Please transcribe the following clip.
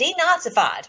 denazified